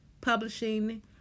publishing